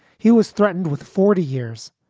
he was threatened with forty years.